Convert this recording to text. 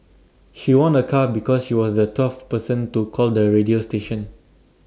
she won A car because she was the twelfth person to call the radio station